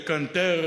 ולקנטר,